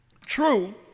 True